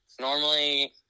normally